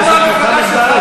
חבר הכנסת מוחמד ברכה.